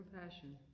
compassion